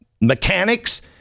mechanics